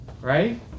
Right